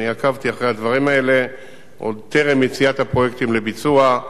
אני עקבתי אחרי הדברים האלה עוד טרם יציאת הפרויקטים לביצוע,